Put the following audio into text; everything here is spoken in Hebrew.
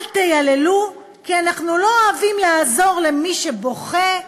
אל תייללו, כי אנחנו לא אוהבים לעזור למי שבוכה,